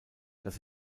dass